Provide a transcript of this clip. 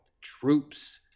troops